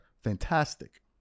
Fantastic